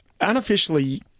unofficially